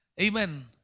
Amen